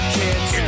kids